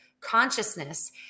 consciousness